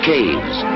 Caves